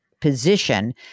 position